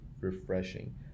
refreshing